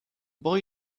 boy